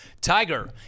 Tiger